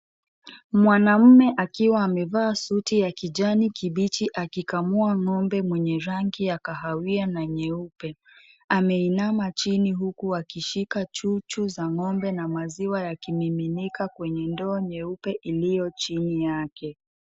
Mwanamume akiwa amevaa suti ya kijani kibichi akikamua ng'ombe mwenye rangi ya kahawia na nyeupe. Ameinama chini huku akishika chuchu za ng'ombe na maziwa yakimiminika kwenye ndoo nyeupe iliyo chini yake.